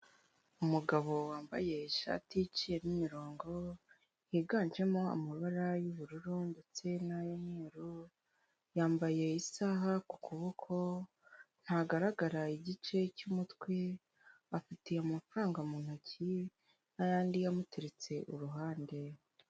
Umugabo wambaye ishati iciyemo imirongo yiganjemo amabara y'ubururu ndetse n.ay'umweru, yambaye isaha ku kuboko ntagaragara igice cy'umutwe, afiteti amafaranga mu ntoki n'ayandi amuteretse ku ruhande.